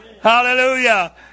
Hallelujah